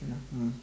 ya mm